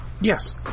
Yes